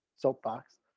soapbox